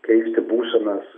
keisti būsenas